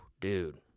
Dude